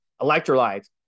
electrolytes